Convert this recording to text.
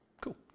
Cool